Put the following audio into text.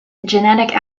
genetic